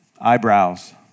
eyebrows